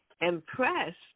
Impressed